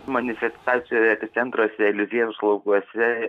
manifestacijoje epicentruose eliziejaus laukuose